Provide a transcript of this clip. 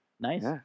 Nice